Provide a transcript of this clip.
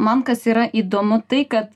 man kas yra įdomu taiką